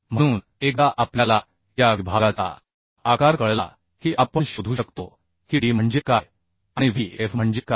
म्हणून एकदा आपल्याला या विभागाचा आकार कळला की आपण शोधू शकतो की d म्हणजे काय आणि Vf म्हणजे काय